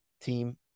team